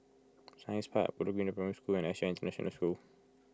Science Park Bedok Green Primary School and S J I International School